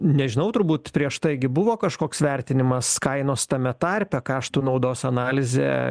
nežinau turbūt prieš tai gi buvo kažkoks vertinimas kainos tame tarpe kaštų naudos analizė